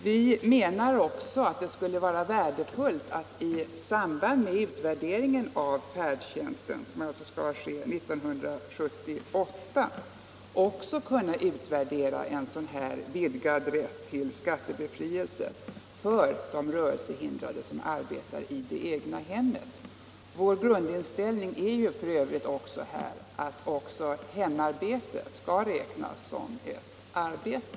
Vi menar att det skulle vara värdefullt att i samband med utvärderingen av färdtjänsten — som alltså skall ske 1978 — också kunna utvärdera en vidgad rätt till skattebefrielse för de rörelsehindrade som arbetar i det egna hemmet. Vår grundinställning är f. ö. att även hemarbetet skall räknas som ett arbete.